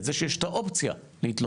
את זה שיש את האופציה להתלונן,